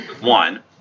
one